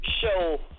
show